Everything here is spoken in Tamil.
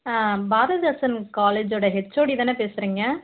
பாரதிதாசன் காலேஜோடய ஹெச்ஓடி தானே பேசுகிறீங்க